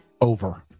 Over